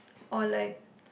or like